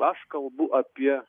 aš kalbu apie